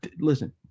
listen